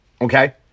Okay